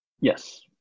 Yes